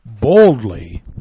boldly